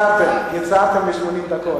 קיצרתם ל-80 דקות.